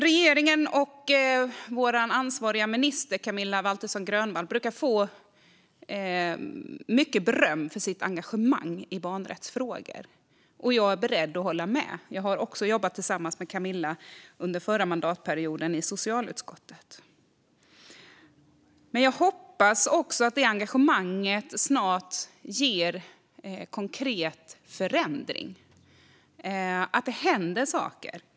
Regeringen och vår ansvariga minister Camilla Waltersson Grönvall brukar få mycket beröm för sitt engagemang i barnrättsfrågor, och jag är beredd att hålla med. Jag har också jobbat tillsammans med Camilla under förra mandatperioden i socialutskottet. Men jag hoppas också att det engagemanget snart ger konkret förändring, att det händer saker.